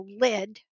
lid